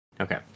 Okay